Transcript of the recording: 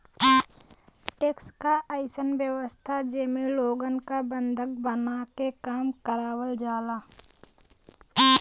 tax क अइसन व्यवस्था जेमे लोगन क बंधक बनाके काम करावल जाला